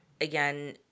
again